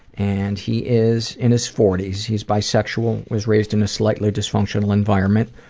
and he is in his forty s, he's bisexual, was raised in a slightly dysfunctional environment.